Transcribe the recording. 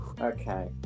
Okay